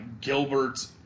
Gilbert